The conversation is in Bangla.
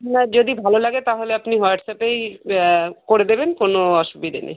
এবার যদি ভালো লাগে তাহলে আপনি হোয়াটসঅ্যাপেই করে দেবেন কোনো অসুবিধা নেই